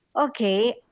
okay